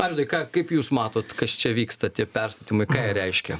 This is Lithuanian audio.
arvydai ką kaip jūs matot kas čia vyksta tie perstatymai ką jie reiškia